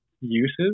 uses